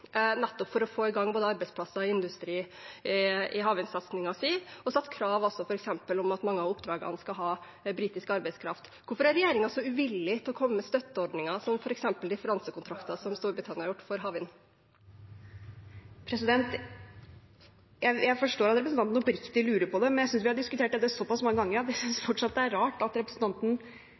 nettopp for å få i gang både arbeidsplasser og industri i havvindsatsingen sin, og de har også stilt krav om at mange av oppdragene skal ha britisk arbeidskraft. Hvorfor er regjeringen så uvillig til å komme med støtteordninger som f.eks. differansekontrakter, slik Storbritannia har gjort for havvind? Jeg forstår at representanten oppriktig lurer på det. Men jeg synes vi har diskutert dette såpass mange ganger at jeg fortsatt synes det er rart at representanten